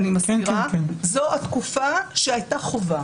אני מזכירה שזאת התקופה שהייתה חובה.